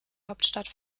hauptstadt